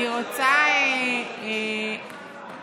ואני יודעת שיש